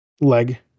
leg